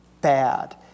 Bad